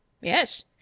Yes